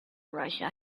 russia